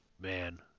Man